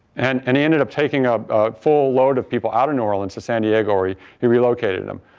and and he ended up taking up a full load of people out to new orleans to san diego where he he relocated them,